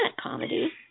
comedy